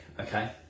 okay